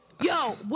Yo